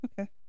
Okay